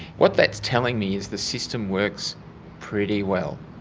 what that's telling me is the system works pretty well.